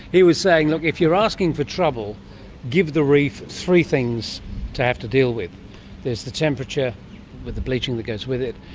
he was saying, look, if you're asking for trouble give the reef three things to have to deal with there's the temperature and the bleaching that goes with it,